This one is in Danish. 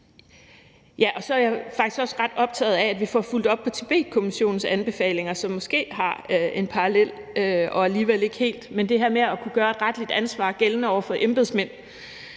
er jeg faktisk også ret optaget af, at vi får fulgt op på Tibetkommissionens anbefalinger, hvor der måske er en parallel, og alligevel ikke helt, i forhold til det her med at kunne gøre et retligt ansvar gældende over for embedsmænd,